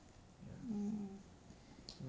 mm